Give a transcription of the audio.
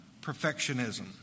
perfectionism